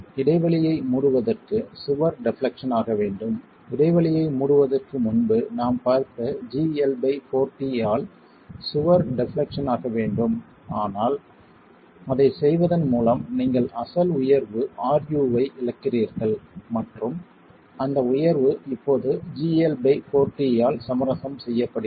இடைவெளியை மூடுவதற்கு சுவர் டெப்லெக்சன் ஆக வேண்டும் இடைவெளியை மூடுவதற்கு முன்பு நாம் பார்த்த gL4t ஆல் சுவர் டெப்லெக்சன் ஆக வேண்டும் ஆனால் அதைச் செய்வதன் மூலம் நீங்கள் அசல் உயர்வு ru ஐ இழக்கிறீர்கள் மற்றும் அந்த உயர்வு இப்போது gL4t ஆல் சமரசம் செய்யப்படுகிறது